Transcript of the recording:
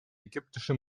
ägyptische